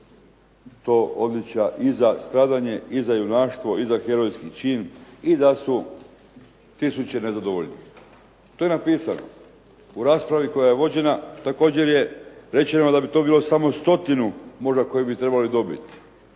to odličja i za stradanje i za junaštvo, i za herojski čin, i da su tisuće nezadovoljnih. To je napisano. U raspravi koja je vođena također je rečeno da bi to bilo samo stotinu možda koji bi trebali dobiti.